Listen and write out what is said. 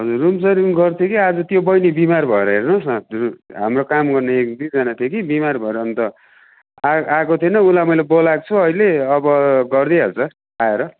हजुर room serving गर्थ्यो कि आज त्यो बहिनी बिमार भएर हेर्नुहोस् न हाम्रो काम गर्ने एक दुईजना थियो कि बिमार भएर अन्त आ आएको थिएन उसलाई मैले बोलाएको छु अहिले अब गरिदिइहाल्छ आएर